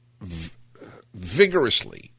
vigorously